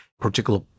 particular